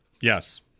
Yes